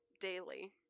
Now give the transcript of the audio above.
daily